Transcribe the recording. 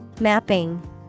Mapping